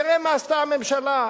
תראה מה עשתה הממשלה,